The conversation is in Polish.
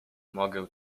mogę